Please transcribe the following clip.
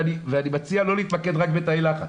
ואני מציע לא להתמקד רק בתאי לחץ.